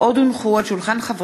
הצעת חוק